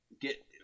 get